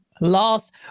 last